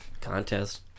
contest